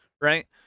Right